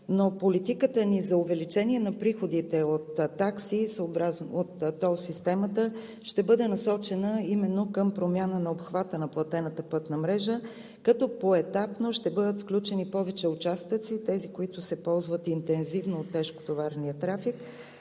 Политиката ни за увеличение на приходите от тол системата ще бъде насочена именно към промяна на обхвата на платената пътна мрежа, като поетапно ще бъдат включени повече участъци и тези, които се ползват интензивно от тежкотоварния трафик,